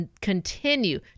continue